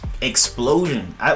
explosion